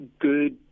good